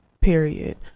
period